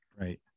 right